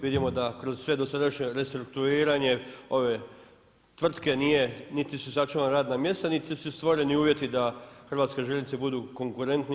Vidimo da kroz sve dosadašnje restrukturiranje ove tvrtke nije niti su sačuvana radna mjesta, niti su stvoreni uvjeti da hrvatske željeznice budu konkurentnije.